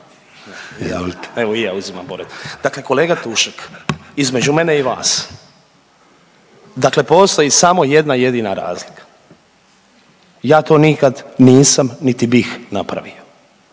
Ante (MOST)** Dakle kolega Tušek, između mene i vas dakle postoji samo jedna jedina razlika ja to nikad nisam niti bih napravio.